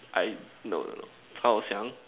I no no no I was young